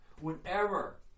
Whenever